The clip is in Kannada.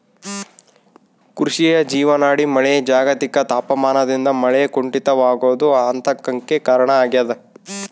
ಕೃಷಿಯ ಜೀವನಾಡಿ ಮಳೆ ಜಾಗತಿಕ ತಾಪಮಾನದಿಂದ ಮಳೆ ಕುಂಠಿತವಾಗೋದು ಆತಂಕಕ್ಕೆ ಕಾರಣ ಆಗ್ಯದ